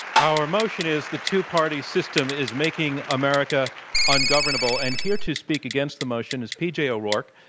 our motion is the two-party system is making america ungovernable, and here to speak against the motion is p. j. o'rourke,